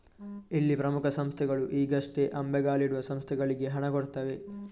ಇಲ್ಲಿ ಪ್ರಮುಖ ಸಂಸ್ಥೆಗಳು ಈಗಷ್ಟೇ ಅಂಬೆಗಾಲಿಡುವ ಸಂಸ್ಥೆಗಳಿಗೆ ಹಣ ಕೊಡ್ತವೆ